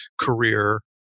career